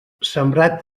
sembrat